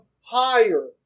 higher